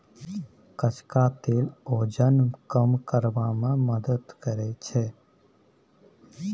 कचका तेल ओजन कम करबा मे मदति करैत छै